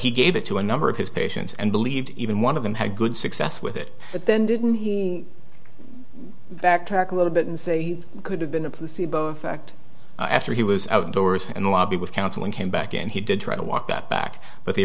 he gave it to a number of his patients and believed even one of them had good success with it but then didn't he backtrack a little bit and say could have been a placebo effect after he was out of doors and the lobby was counseling came back and he did try to walk that back but the